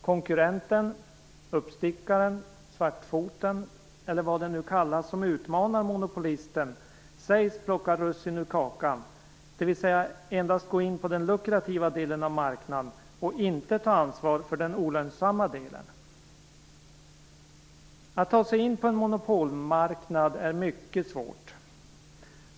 Konkurrenten - uppstickaren, svartfoten eller vad den nu kallas som utmanar monopolisten - sägs plocka russinen ur kakan, dvs. endast gå in på den lukrativa delen av marknaden och inte ta ansvar för den olönsamma delen. Att ta sig in på en monopolmarknad är mycket svårt.